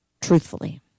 truthfully